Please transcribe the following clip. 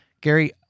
Gary